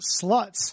sluts